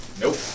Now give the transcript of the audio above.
Nope